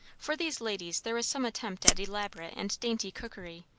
for these ladies there was some attempt at elaborate and dainty cookery,